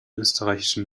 österreichischen